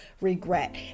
regret